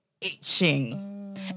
itching